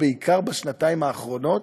בעיקר בשנתיים האחרונות,